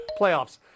playoffs